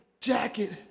jacket